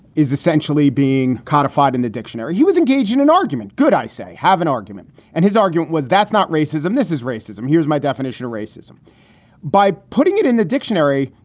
is essentially being codified in the dictionary? he was engaging in argument. good. i say have an argument. and his argument was, that's not racism. this is racism. here's my definition of racism by putting it in the dictionary.